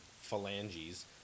phalanges